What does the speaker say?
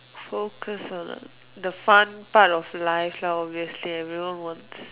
focus on the fun part of life lah obviously everyone wants